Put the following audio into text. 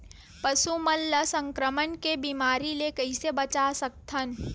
पशु मन ला संक्रमण के बीमारी से कइसे बचा सकथन?